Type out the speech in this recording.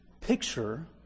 picture